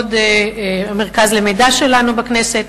המרכז למידע שלנו בכנסת,